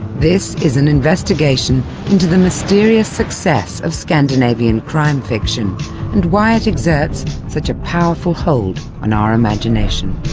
this is an investigation into the mysterious success of scandinavian crime fiction and why it exerts such a powerful hold on our imagination.